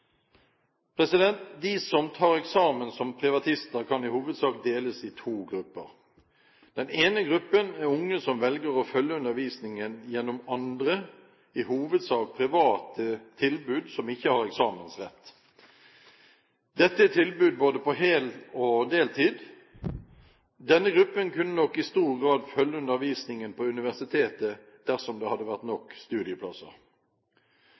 De som tar eksamen som privatister, kan i hovedsak deles i to grupper. Den ene gruppen er unge som velger å følge undervisningen gjennom andre, i hovedsak private, tilbud som ikke har eksamensrett. Dette er tilbud på både hel- og deltid. Denne gruppen kunne nok i stor grad følge undervisningen på universitetet dersom det hadde vært nok studieplasser.